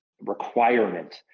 requirement